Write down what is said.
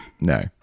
No